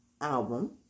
album